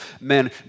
men